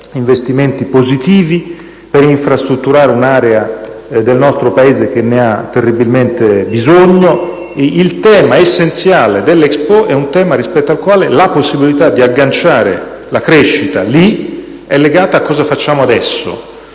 investimenti positivi e per dotare di infrastrutture un'area del nostro Paese che ne ha terribilmente bisogno. Il tema essenziale dell'Expo è un tema rispetto al quale la possibilità di agganciare la crescita lì è legata a cosa facciamo adesso.